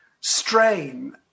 strain